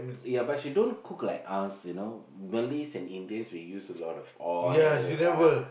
ya but she don't cook like us you know Malays and Indians we use a lot of oil